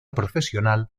profesional